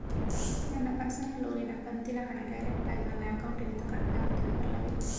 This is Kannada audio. ನನ್ನ ಪರ್ಸನಲ್ ಲೋನಿನ ಕಂತಿನ ಹಣ ಡೈರೆಕ್ಟಾಗಿ ನನ್ನ ಅಕೌಂಟಿನಿಂದ ಕಟ್ಟಾಗುತ್ತದೆ ಅಲ್ಲವೆ?